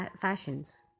fashions